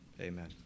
Amen